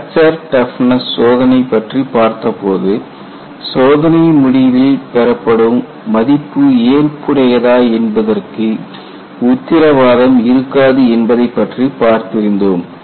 fracture toughness சோதனை பற்றி பார்த்தபோது சோதனையின் முடிவில் பெறப்படும் மதிப்பு ஏற்புடையதா என்பதற்கு உத்திரவாதம் இருக்காது என்பதைப்பற்றி பார்த்திருந்தோம்